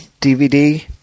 DVD